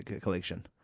collection